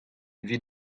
evit